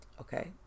okay